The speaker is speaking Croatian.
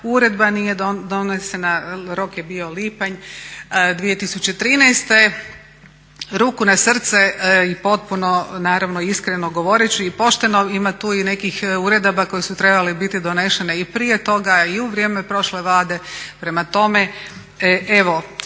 Uredba nije donesena, rok je bio lipanj 2013. Ruku na srce i potpuno naravno iskreno govoreći i pošteno ima tu i nekih uredaba koje su trebale biti donesene i prije toga, i u vrijeme prošle Vlade, prema tome